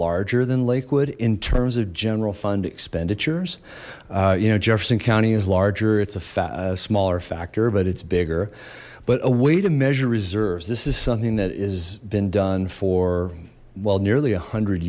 larger than lakewood in terms of general fund expenditures you know jefferson county is larger it's a smaller factor but it's bigger but a way to measure reserves this is something that is been done for well nearly a hundred